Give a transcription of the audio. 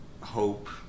hope